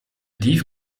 dief